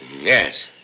Yes